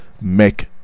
make